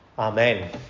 Amen